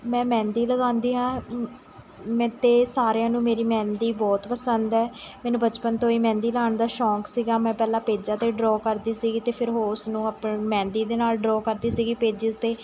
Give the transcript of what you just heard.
ਮੈਂ ਮਹਿੰਦੀ ਲਗਾਉਂਦੀ ਹਾਂ ਮੈਂ ਅਤੇ ਸਾਰਿਆਂ ਨੂੰ ਮੇਰੀ ਮਹਿੰਦੀ ਬਹੁਤ ਪਸੰਦ ਹੈ ਮੈਨੂੰ ਬਚਪਨ ਤੋਂ ਹੀ ਮਹਿੰਦੀ ਲਾਉਣ ਦਾ ਸ਼ੌਕ ਸੀਗਾ ਮੈਂ ਪਹਿਲਾਂ ਪੇਜਾਂ 'ਤੇ ਡਰੋਅ ਕਰਦੀ ਸੀਗੀ ਅਤੇ ਫਿਰ ਉਸ ਨੂੰ ਆਪਣੀ ਮਹਿੰਦੀ ਦੇ ਨਾਲ਼ ਡਰੋਅ ਕਰਦੀ ਸੀਗੀ ਪੇਜ਼ਿਸ 'ਤੇ